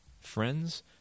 friends